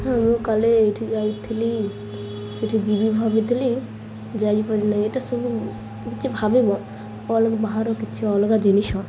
ହଁ ମୁଁ କାଲି ଏଇଠି ଯାଇଥିଲି ସେଠି ଯିବି ଭାବିଥିଲି ଯାଇପାରିନାଇଁ ଏଇଟା ସବୁ କିଛି ଭାବିବ ଅଲ ବାହାର କିଛି ଅଲଗା ଜିନିଷ